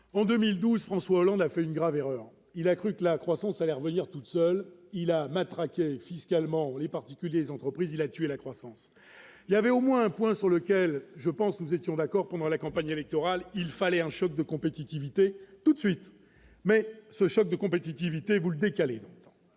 en 2012, François Hollande a fait une grave erreur, il a cru que la croissance allait revenir toute seule, il a matraqué fiscalement les particuliers, entreprises, il a tué la croissance, il y avait au moins un point sur lequel je pense que nous étions d'accord pendant la campagne électorale, il fallait un choc de compétitivité tout de suite mais ce choc de compétitivité vous décalé si voulez